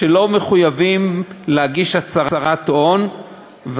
שלא מחויבים להגיש הצהרת הון,